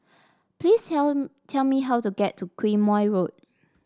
please tell tell me how to get to Quemoy Road